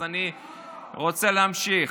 אז אני רוצה להמשיך.